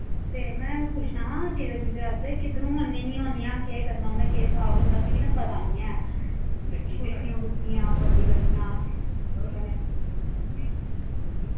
केह् में पुच्छना हा चीजें चूजें आस्तै किद्धरूं आह्ननियां केह् करना केह् स्हाब होंदा मिगी न पता निं ऐ निक्कियां नुक्कियां बड्डी बड्डियां